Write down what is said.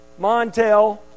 Montel